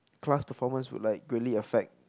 class performance would like greatly affect